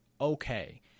okay